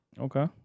Okay